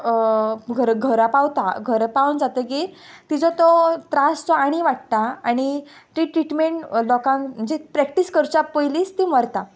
घर घरा पावता घर पावन जातगीर तिजो तो त्रास तो आनी वाडटा आणी टी ट्रिटमेण लोकांक म्हणजे प्रॅक्टीस करच्या पयलींच ती मरता